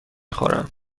خورم